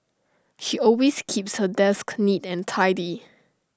she always keeps her desk neat and tidy